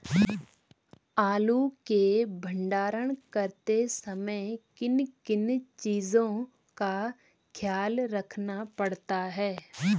आलू के भंडारण करते समय किन किन चीज़ों का ख्याल रखना पड़ता है?